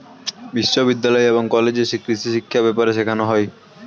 বিশ্ববিদ্যালয় এবং কলেজে কৃষিশিক্ষা ব্যাপারে শেখানো হয়